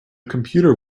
computer